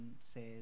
says